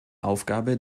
aufgabe